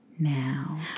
Now